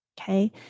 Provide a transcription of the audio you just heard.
Okay